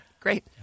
Great